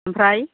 ओमफ्राय